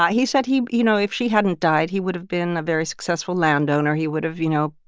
yeah he said he you know, if she hadn't died, he would have been a very successful landowner. he would have, you know,